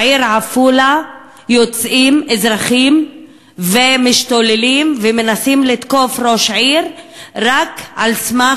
בעיר עפולה יוצאים אזרחים ומשתוללים ומנסים לתקוף ראש עיר רק בגלל